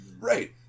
Right